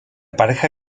pareja